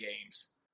games